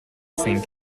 think